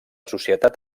societat